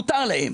מותר להם,